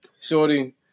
Shorty